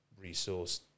resource